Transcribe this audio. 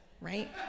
right